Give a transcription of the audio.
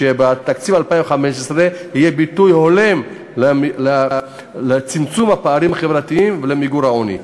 שבתקציב 2015 יהיה ביטוי הולם לצמצום הפערים החברתיים ולמיגור העוני.